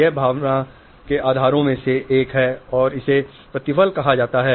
यह भावना के आधारों में से एक है इसे प्रतिफल कहा जाता है